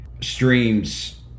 streams